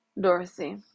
Dorothy